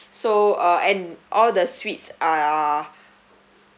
so uh and all the suites are